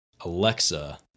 Alexa